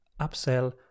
upsell